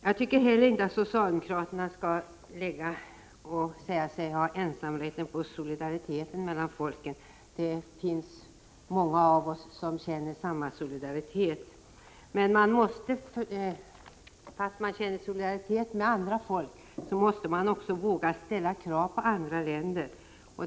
Jag tycker inte att socialdemokraterna skall anse sig ha ensamrätt på solidariteten mellan folken. Många av oss känner samma solidaritet. Men fastän man känner solidaritet med andra folk måste man våga ställa krav på olika länder.